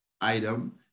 item